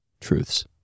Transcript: truths